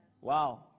Wow